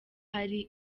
hari